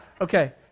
Okay